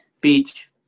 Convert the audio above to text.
beach